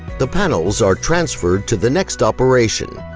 the panels are transferred to the next operation,